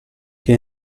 che